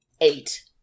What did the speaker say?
Eight